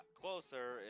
closer